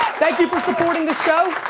thank you for supporting the show.